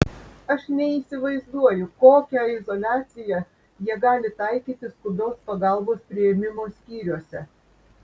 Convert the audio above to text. aš neįsivaizduoju kokią izoliaciją jie gali taikyti skubios pagalbos priėmimo skyriuose